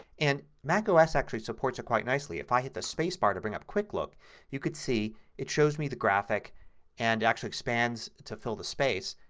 and mac ah os actually supports it quite nicely. if i hit the spacebar to bring up quicklook you can see it shows me the graphic and it actually expands to fill the space.